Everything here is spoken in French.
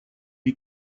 est